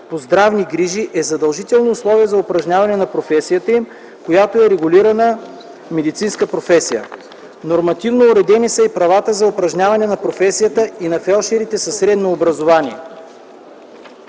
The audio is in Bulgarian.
по здравни грижи е задължително условие за упражняване на професията им, която е регулирана медицинска професия. Нормативно уредени са и правата за упражняване на професията и на фелдшерите със средно образование.